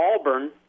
Auburn